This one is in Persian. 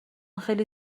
خیلی